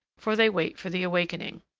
for they wait for the awakening.